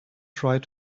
tried